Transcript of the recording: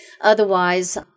otherwise